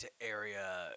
Area